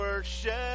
Worship